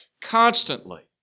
constantly